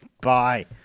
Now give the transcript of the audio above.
Bye